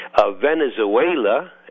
Venezuela